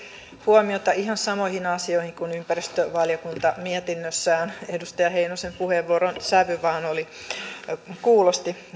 huomiota ihan samoihin asioihin kuin ympäristövaliokunta mietinnössään edustaja heinosen puheenvuoron sävy vain kuulosti